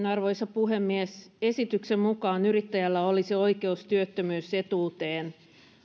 arvoisa puhemies esityksen mukaan yrittäjällä olisi oikeus työttömyysetuuteen